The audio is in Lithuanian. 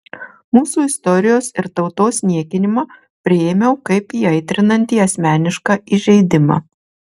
mūsų istorijos ir tautos niekinimą priėmiau kaip įaitrinantį asmenišką įžeidimą